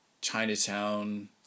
Chinatown